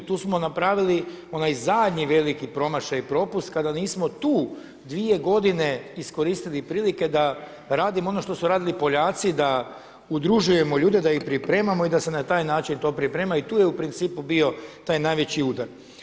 I tu smo napravili onaj zadnji veliki promašaj i propust kada nismo tu 2 godine iskoristili prilike da radimo ono što su radili Poljaci da udružujemo ljude, da ih pripremamo i da se na taj način to priprema i tu je u principu bio taj najveći udar.